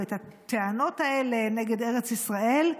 את הטענות האלה נגד ארץ ישראל.